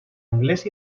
anglès